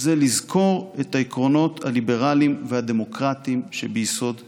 זה לזכור את העקרונות הליברליים והדמוקרטיים שביסוד תפיסתו,